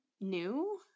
new